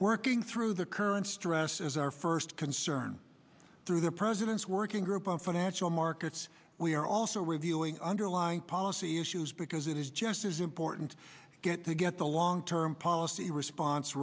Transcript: working through the current stress is our first concern through the president's working group on financial markets we are also reviewing underlying policy issues because it is just as important to get to get the long term policy response